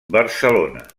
barcelona